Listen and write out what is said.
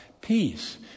peace